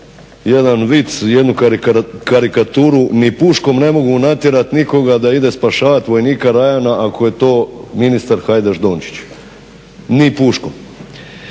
jedan vic, jednu karikaturu "Ni puškom ne mogu natjerati nikoga da ide spašavati vojnika Ryana ako je to ministar Hajdaš Dončić. Ni puškom".